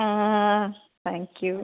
ആ ആ ആ ആ താങ്ക് യൂ